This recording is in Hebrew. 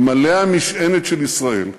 אלמלא המשענת של ישראל,